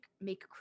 make